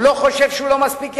הוא לא חושב שהוא לא מספיק יכול.